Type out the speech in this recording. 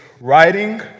writing